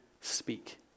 speak